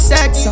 Sex